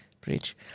bridge